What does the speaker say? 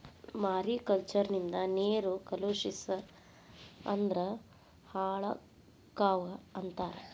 mariculture ನಿಂದ ನೇರು ಕಲುಷಿಸ ಅಂದ್ರ ಹಾಳಕ್ಕಾವ ಅಂತಾರ